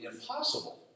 impossible